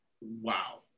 wow